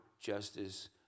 justice